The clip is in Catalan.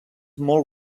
molt